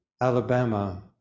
Alabama